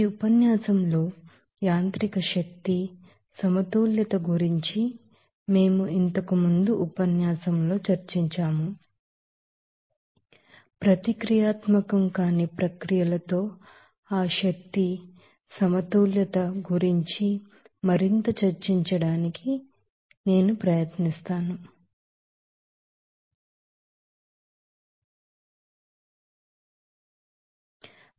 mechanical energy balance గురించి మేము ఇంతకు ముందు ఉపన్యాసంలో చర్చించాము ఈ ఉపన్యాసంలో నోన్ రేయాక్టీవ్ ప్రాసెసస్ ప్రతిక్రియాత్మకం కాని ప్రక్రియలతో ఆ ఎనర్జీ బ్యాలెన్స్ గురించి మరింత చర్చించడానికి మీకు ప్రయత్నిస్తున్నాము